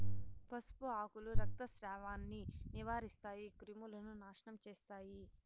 పసుపు ఆకులు రక్తస్రావాన్ని నివారిస్తాయి, క్రిములను నాశనం చేస్తాయి